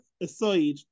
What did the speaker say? aside